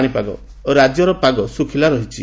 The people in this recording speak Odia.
ପାଣିପାଗ ରାଜ୍ୟରେ ପାଗ ଶୁଖ୍ଲା ରହିଛି